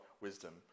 wisdom